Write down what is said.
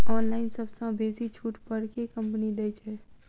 Online सबसँ बेसी छुट पर केँ कंपनी दइ छै?